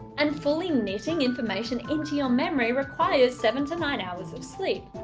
and fully knitting information into your memory requires seven to nine hours of sleep.